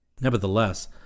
Nevertheless